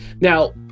Now